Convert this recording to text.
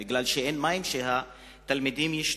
כי אין מים כדי שהתלמידים ישתו.